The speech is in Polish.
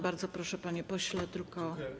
Bardzo proszę, panie pośle, tylko.